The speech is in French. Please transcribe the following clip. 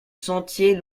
sentier